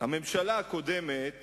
הממשלה הקודמת